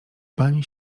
pani